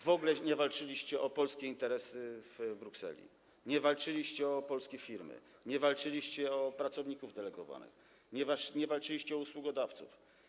W ogóle nie walczyliście o polskie interesy w Brukseli, nie walczyliście o polskie firmy, nie walczyliście o pracowników delegowanych, nie walczyliście o usługodawców.